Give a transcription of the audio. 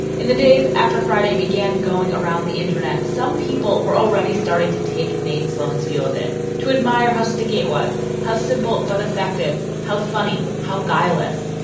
in the days after friday began going around the internet, some people were already starting to take nate sloan's view of it to admire how sticky it was, how simple but effective, how funny, how guileless.